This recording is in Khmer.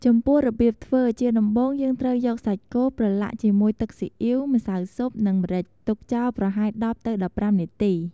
ចំពោះរបៀបធ្វើ ជាដំបូងយើងត្រូវយកសាច់គោប្រឡាក់ជាមួយទឹកស៊ីអ៊ីវ ម្សៅស៊ុប និងម្រេច ទុកចោលប្រហែល ១០ ទៅ ១៥ នាទី។